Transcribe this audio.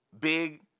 Big